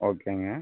ஓகேங்க